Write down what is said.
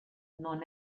non